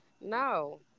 no